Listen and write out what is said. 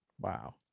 Wow